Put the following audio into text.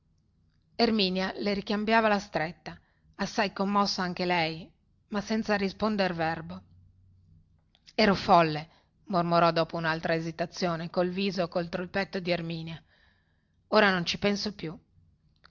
erminia le ricambiava la stretta assai commossa anche lei ma senza risponder verbo ero folle mormorò dopo unaltra esitazione col viso contro il petto di erminia ora non ci penso più